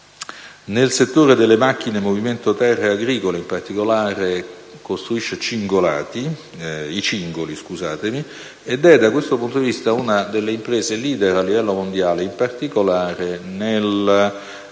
nel settore delle macchine movimento terra agricole (in particolare costruisce i cingoli), e da questo punto di vista è una delle imprese *leader* a livello mondiale, in particolare sul